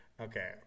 Okay